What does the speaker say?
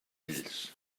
ells